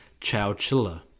Chowchilla